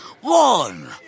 one